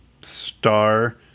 Star